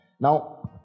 Now